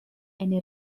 eine